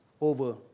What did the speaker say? over